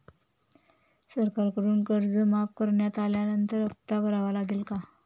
सरकारकडून कर्ज माफ करण्यात आल्यानंतर हप्ता भरावा लागेल का?